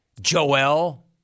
Joel